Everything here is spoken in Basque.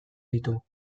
ditu